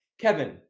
Kevin